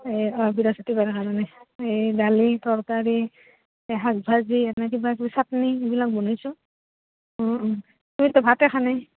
এই অঁ বৃহস্পতিবাৰৰ কাৰণে এই দালি তৰকাৰী এই শাক ভাজি এনে কিবা কিবি চাটনি এইবিলাক বনাইছোঁ